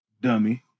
dummy